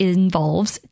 involves